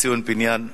ציון פיניאן ואני,